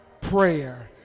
prayer